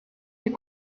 est